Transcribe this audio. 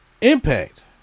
Impact